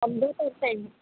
पंद्रह परसेंट